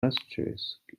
asterisk